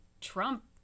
Trump